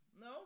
No